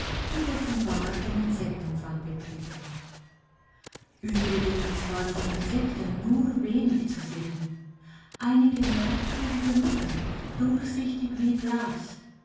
und offenbar den insektenfang betrieben übrigens war von insekten nur wenig zu sehen einige merkwürdige mücken durchsichtig wie glas